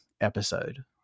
episode